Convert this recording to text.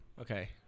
Okay